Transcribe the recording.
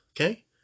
Okay